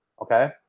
okay